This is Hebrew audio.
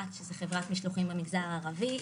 האאט שהיא חברת משלוחים במגזר הערבי,